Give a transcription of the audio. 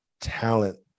talent